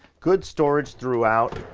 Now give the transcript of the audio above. good storage throughout,